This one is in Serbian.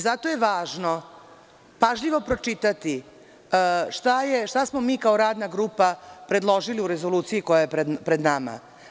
Zato je važno pažljivo pročitati šta smo mi kao radna grupa predložili u rezoluciji koja je pred nama.